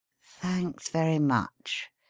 thanks very much.